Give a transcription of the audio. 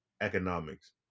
economics